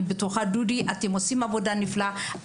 אני בטוחה דודי שאתם עושים עבודה נפלאה,